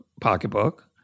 pocketbook